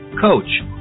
coach